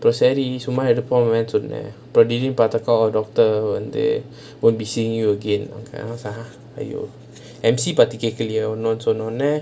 சரி சும்மா எடுப்போமே சொன்னேன் அப்போ பாத்தாக்கா:sari summa eduppomae sonnaan appo paathaakaa oh doctor வந்து:vanthu wont be seeing you again then I was like !huh! !aiyo! M_C கேக்கலையோன்னு சொன்னவனே:kaekalaiyonu sonnavanae